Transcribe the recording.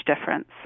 difference